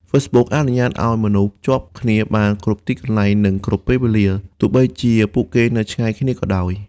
Facebook អនុញ្ញាតឲ្យមនុស្សភ្ជាប់គ្នាបាន គ្រប់ទីកន្លែង និងគ្រប់ពេលវេលា ទោះបីជាពួកគេនៅឆ្ងាយគ្នាក៏ដោយ។